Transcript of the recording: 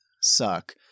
suck